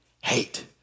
hate